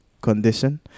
condition